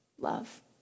love